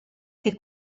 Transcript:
che